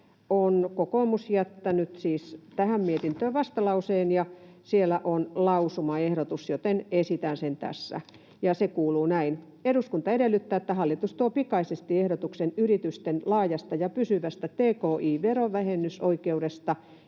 kokoomus on jättänyt siis tähän mietintöön vastalauseen — on lausumaehdotus, joten esitän sen tässä, ja se kuuluu näin: ”Eduskunta edellyttää, että hallitus tuo pikaisesti ehdotuksen yritysten laajasta ja pysyvästä tki-verovähennysoikeudesta,